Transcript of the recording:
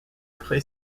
pré